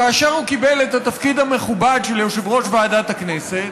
כאשר הוא קיבל את התפקיד המכובד של יושב-ראש ועדת הכנסת,